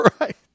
Right